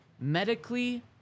medically